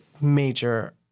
major